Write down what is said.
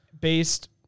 based